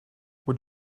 what